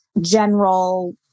general